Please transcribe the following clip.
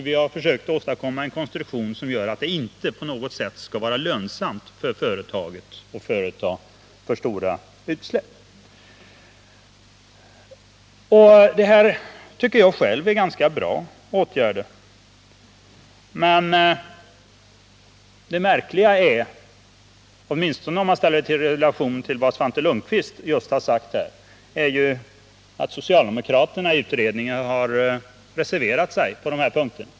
Vi har försökt åstadkomma en konstruktion som gör att det inte på något sätt skall vara lönsamt för ett företag att göra stora utsläpp. Jag tycker själv att dessa åtgärder är ganska bra, men det märkliga är — åtminstone om man ställer det i relation till vad Svante Lundkvist just har sagt här — att socialdemokraterna i utredningen har reserverat sig på dessa punkter.